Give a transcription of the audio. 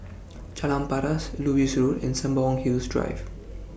Jalan Paras Lewis Road and Sembawang Hills Drive